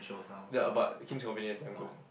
ya but Kim's Convenient is damn good